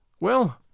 Well